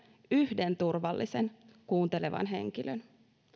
yhden turvallisen kuuntelevan henkilön